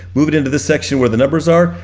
move it into the section where the numbers are.